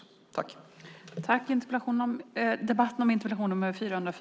Låt mig slutligen önska Sylvia Lindgren en glad påsk!